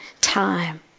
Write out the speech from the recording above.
time